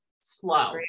slow